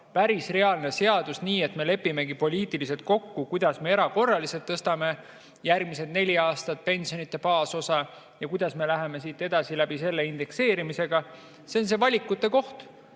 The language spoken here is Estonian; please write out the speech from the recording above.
päris reaalne seadus, nii et lepimegi poliitiliselt kokku, kuidas me erakorraliselt tõstame järgmised neli aastat pensionide baasosa ja kuidas me läheme siit edasi läbi selle indekseerimisega, on valikute koht.